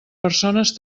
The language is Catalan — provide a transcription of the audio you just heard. persones